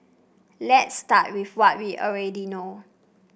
let's start with what we already know